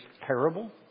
parable